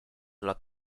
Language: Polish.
dla